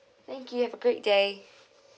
thank you have a great day